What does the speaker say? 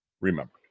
remembered